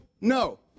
no